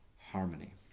harmony